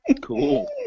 Cool